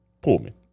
Pullman